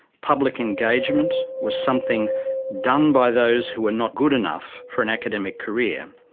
public engagement was something done by those who were not good enough for an academic career.